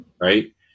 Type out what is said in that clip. Right